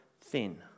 thin